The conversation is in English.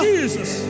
Jesus